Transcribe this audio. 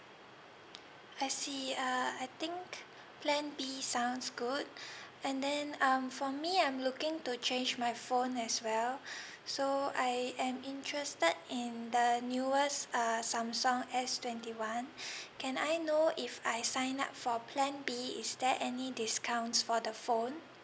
I see uh I think plan B sounds good and then um for me I'm looking to change my phone as well so I am interested in the newest uh samsung S twenty one can I know if I sign up for plan B is there any discounts for the phone